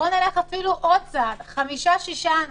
נלך אפילו עוד צעד 6-5 אנשים.